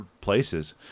places